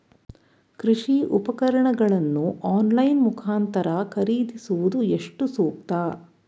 ಕೃಷಿ ಉಪಕರಣಗಳನ್ನು ಆನ್ಲೈನ್ ಮುಖಾಂತರ ಖರೀದಿಸುವುದು ಎಷ್ಟು ಸೂಕ್ತ?